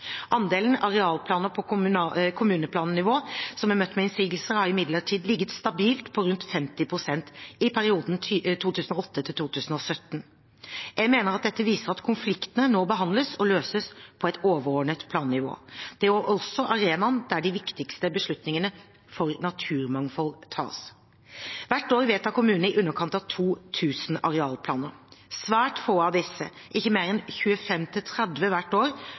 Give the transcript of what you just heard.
har imidlertid ligget stabilt på rundt 50 pst. i perioden 2008–2017. Jeg mener dette viser at konfliktene nå behandles og løses på et overordnet plannivå. Det er også arenaen der de viktigste beslutningene for naturmangfold tas. Hvert år vedtar kommunene i underkant av 2 000 arealplaner. Svært få av disse – ikke mer enn 25–30 hvert år